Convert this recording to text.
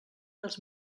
dels